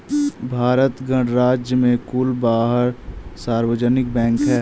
भारत गणराज्य में कुल बारह सार्वजनिक बैंक हैं